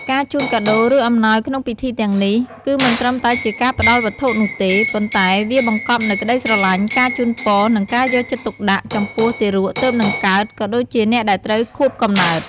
ការជូនកាដូ ឬអំណោយក្នុងពិធីទាំងនេះ គឺមិនត្រឹមតែជាការផ្ដល់វត្ថុរបរនោះទេ ប៉ុន្តែវាបង្កប់នូវ ក្ដីស្រលាញ់ ការជូនពរ និងការយកចិត្តទុកដាក់ ចំពោះទារកទើបនឹងកើត ក៏ដូចជាអ្នកដែលត្រូវខួបកំណើត។